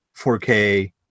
4K